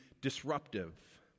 disruptive